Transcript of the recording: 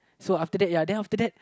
so after that ya then after that